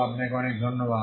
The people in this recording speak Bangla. আপনাকে অনেক ধন্যবাদ